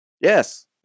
yes